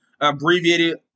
abbreviated